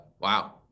Wow